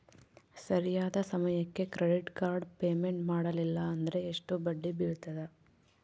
ಸರಿಯಾದ ಸಮಯಕ್ಕೆ credit card payment ಮಾಡಲಿಲ್ಲ ಅಂದ್ರೆ ಎಷ್ಟು ಬಡ್ಡಿ ಬೇಳ್ತದ?